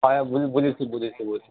হয় বুজিছোঁ বুজিছোঁ বুজিছোঁ